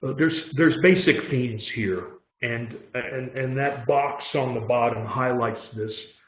there's there's basic themes here and and and that box on the bottom highlights this.